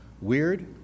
Weird